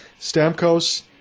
Stamkos